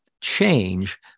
change